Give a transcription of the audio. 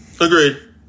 Agreed